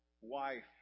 wife